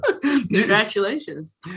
Congratulations